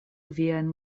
viajn